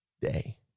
day